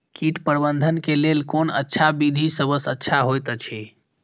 कीट प्रबंधन के लेल कोन अच्छा विधि सबसँ अच्छा होयत अछि?